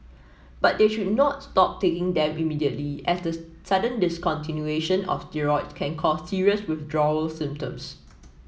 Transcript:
but they should not stop taking them immediately as the sudden discontinuation of steroids can cause serious withdrawal symptoms